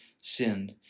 sinned